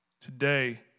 today